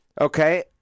Okay